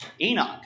Enoch